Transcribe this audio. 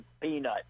peanut